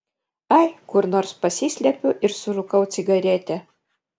ai kur nors pasislepiu ir surūkau cigaretę